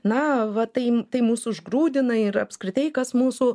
na va tai tai mus užgrūdina ir apskritai kas mūsų